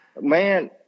Man